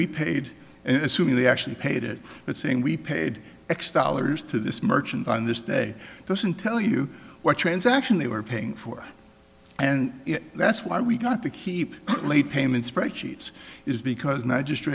we paid and assuming they actually paid it but saying we paid x dollars to this merchant on this day doesn't tell you what transaction they were paying for and that's why we got to keep late payments spreadsheets is because not just